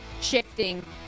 shifting